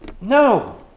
No